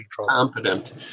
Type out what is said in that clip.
Competent